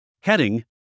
Heading